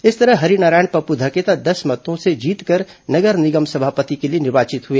इस तरह हरिनारायण पप्पू धकेता दस मतों से नगर निगम सभापति के लिए निर्वाचित हुए